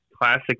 classic